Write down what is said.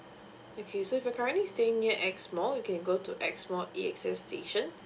okay so you are currently staying near X mall you can go to explore A _X_S station